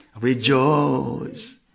Rejoice